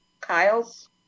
Kyles